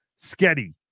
Sketty